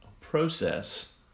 process